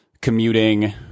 commuting